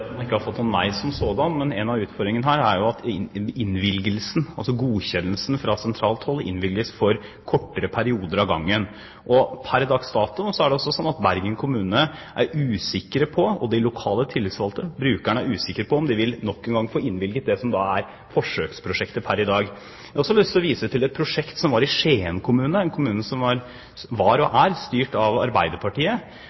man ikke har fått noen nei som sådan, men en av utfordringene her er jo at godkjennelsen fra sentralt hold innvilges for kortere perioder av gangen. Per dags dato er det altså sånn at Bergen kommune, de lokale tillitsvalgte og brukerne er usikre på om de nok en gang vil få innvilget det som pr. i dag er forsøksprosjektet. Jeg har også lyst til å vise til et prosjekt i Skien kommune, en kommune som var, og er, styrt av Arbeiderpartiet, hvor det nettopp var